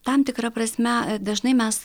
tam tikra prasme dažnai mes